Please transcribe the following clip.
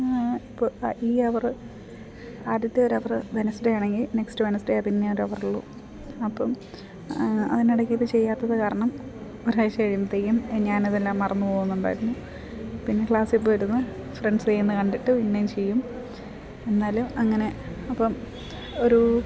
ഇപ്പോൾ ഈ അവറ് ആദ്യത്തെ ഒരു അവറ് വെൻസ്ഡേ ആണെങ്കിൽ നെക്സ്റ്റ് വെൻസ്ഡേ പിന്നെ ഒരു അവറുള്ളൂ അപ്പം അതിനിടയ്ക്ക് ഇത് ചെയ്യാത്തത് കാരണം ഒരാഴ്ച കഴിയുമ്പത്തേക്കും ഞാനതെല്ലാം മറന്ന് പോകുന്നുണ്ടായിരുന്നു പിന്നെ ക്ലാസ്സിൽ പോയി ഇരുന്ന് ഫ്രണ്ട്സ് ചെയ്യുന്നത് കണ്ടിട്ട് പിന്നെയും ചെയ്യും എന്നാലും അങ്ങനെ അപ്പം ഒരു